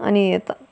अनि यता